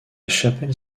chapelle